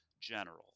general